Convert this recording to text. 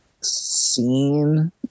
seen